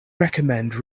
recommend